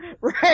right